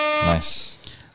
Nice